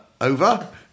over